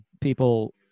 people